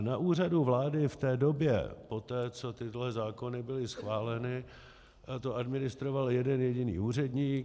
Na Úřadu vlády v té době poté, co tyhle zákony byly schváleny, to administroval jeden jediný úředník.